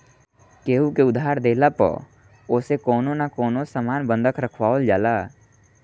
केहू के उधार देहला पअ ओसे कवनो न कवनो सामान बंधक रखवावल जाला